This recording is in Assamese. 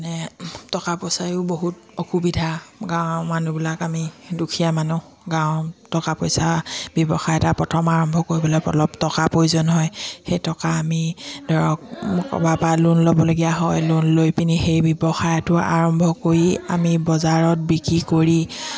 মানে টকা পইচায়ো বহুত অসুবিধা গাঁৱৰ মানুহবিলাক আমি দুখীয়া মানুহ গাঁৱৰ টকা পইচা ব্যৱসায় এটা প্ৰথম আৰম্ভ কৰিবলৈ অলপ টকা প্ৰয়োজন হয় সেই টকা আমি ধৰক ক'বা পৰা লোন ল'বলগীয়া হয় লোন লৈ পিনি সেই ব্যৱসায়টো আৰম্ভ কৰি আমি বজাৰত বিক্ৰী কৰি